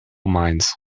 mines